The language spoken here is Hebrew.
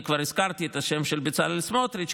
אני כבר הזכרתי את השם של בצלאל סמוטריץ',